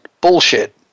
bullshit